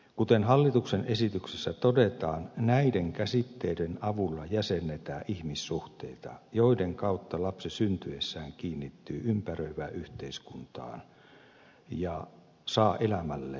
kuten hallituksen esityksessä todetaan näiden käsitteiden avulla jäsennetään ihmissuhteita joiden kautta lapsi syntyessään kiinnittyy ympäröivään yhteiskuntaan ja saa elämälleen juuret